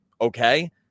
okay